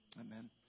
Amen